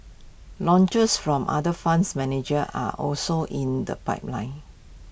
launches from other funds managers are also in the pipeline